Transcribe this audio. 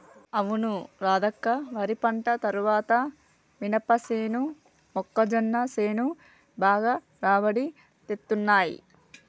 అవును రాధక్క వరి పంట తర్వాత మినపసేను మొక్కజొన్న సేను బాగా రాబడి తేత్తున్నయ్